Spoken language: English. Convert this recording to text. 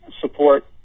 support